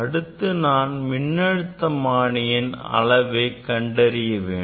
அடுத்து நான் மின்னழுத்தமானியின் அளவை மாற்ற வேண்டும்